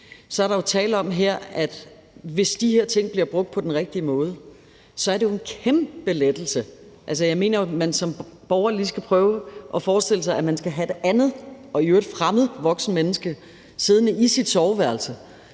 – er der jo tale om her, at hvis de her ting bliver brugt på den rigtige måde, er det en kæmpe lettelse. Jeg mener, at man som borger lige skal prøve at forestille sig, at man skal have et andet og i øvrigt fremmed voksent menneske siddende i sit soveværelse